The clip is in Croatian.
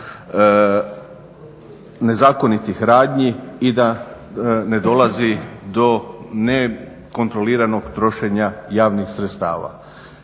nezakonitih radnji i da ne dolazi do nekontroliranog trošenja javnih sredstava.